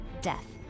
death